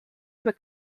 would